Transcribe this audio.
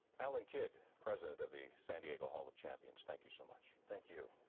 alan kidd president of the san diego hall of champions, thank you so much. thank you.